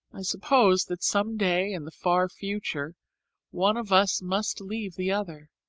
i suppose that some day in the far future one of us must leave the other